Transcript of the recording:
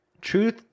Truth